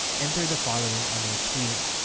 enter the following on your screen.